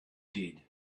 did